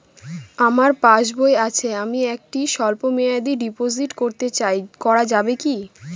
আমার পাসবই আছে আমি একটি স্বল্পমেয়াদি ডিপোজিট করতে চাই করা যাবে কি?